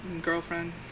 girlfriend